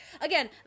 Again